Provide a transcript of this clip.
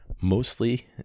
mostly